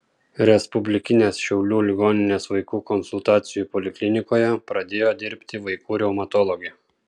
respublikinės šiaulių ligoninės vaikų konsultacijų poliklinikoje pradėjo dirbti vaikų reumatologė